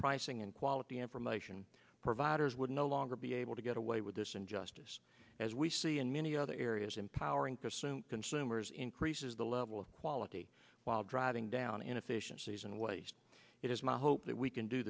pricing and quality information providers would no longer be able to get away with this injustice as we see in many other areas empowering costume consumers increases the level of quality while driving down inefficiencies and waste it is my hope that we can do